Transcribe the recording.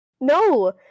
No